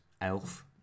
Elf